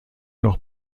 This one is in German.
noch